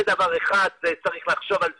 זה דבר אחד, צריך לחשוב על זה.